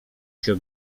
się